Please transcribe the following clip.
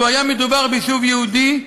אילו היה מדובר ביישוב יהודי,